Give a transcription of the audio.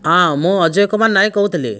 ହଁ ମୁଁ ଅଜୟ କୁମାର ନାଏକ କହୁଥିଲି